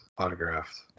autographed